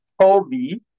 Colby